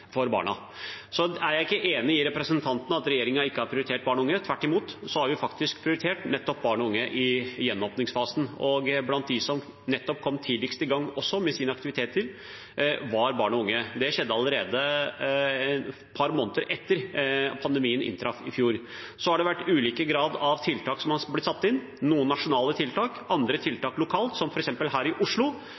for barna. Jeg er ikke enig med representanten i at regjeringen ikke har prioritert barn og unge. Tvert imot har vi prioritert nettopp barn og unge i gjenåpningsfasen, og blant dem som kom tidligst i gang med sine aktiviteter, var barn og unge. Det skjedde allerede et par måneder etter at pandemien inntraff i fjor. Så har det vært ulik grad av tiltak som har blitt satt inn – noen nasjonale tiltak, andre tiltak lokalt, som f.eks. her i Oslo,